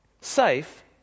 Safe